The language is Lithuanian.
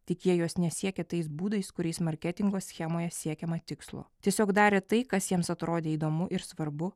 tik jie jos nesiekia tais būdais kuriais marketingo schemoje siekiama tikslo tiesiog darė tai kas jiems atrodė įdomu ir svarbu